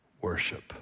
worship